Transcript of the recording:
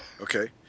Okay